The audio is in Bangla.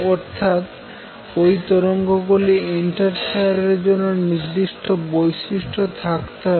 অর্থাৎ ওই তরঙ্গ গুলির ইন্টারফেয়ার এর জন্য নির্দিষ্ট বৈশিষ্ট্য থাকতে হবে